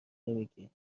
نمیگی